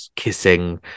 kissing